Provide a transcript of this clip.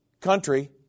country